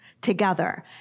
together